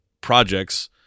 projects